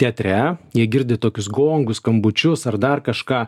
teatre jie girdi tokius gongus skambučius ar dar kažką